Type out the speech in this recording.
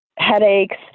Headaches